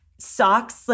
Socks